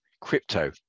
crypto